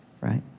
right